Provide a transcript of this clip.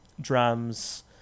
drums